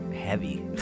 heavy